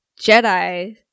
Jedi